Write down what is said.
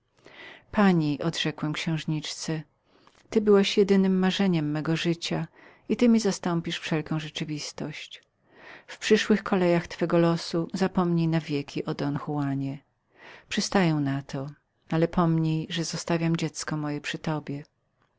pani odrzekłem księżniczce ty byłaś jedynem marzeniem mego życia i ty mi zastąpisz wszelką rzeczywistość w przyszłych kolejach twego przeznaczenia zapomnij na wieki o don juanie przystaję na to ale pomnij że zostawiam dziecie moje przy tobie